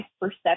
perception